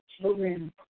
children